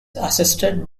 assisted